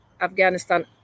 Afghanistan